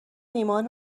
ایمان